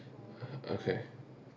a'ah okay